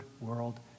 world